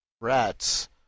rats